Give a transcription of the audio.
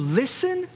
listen